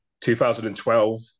2012